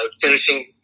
finishing